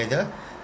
together